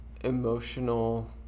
emotional